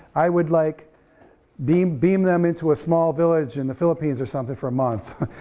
i would like beam beam them into a small village in the philippines or something for a month,